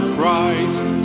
Christ